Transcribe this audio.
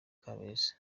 kabeza